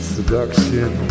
Seduction